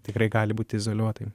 tikrai gali būti izoliuotai